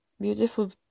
beautiful